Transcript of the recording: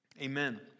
Amen